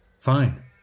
Fine